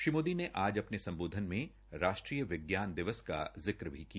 श्री मोदी ने आज अपने सम्बोधन में राष्ट्रीय विज्ञान दिवस का जिक्र भी किया